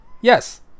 yes